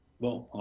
Bon